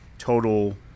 total